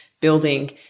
building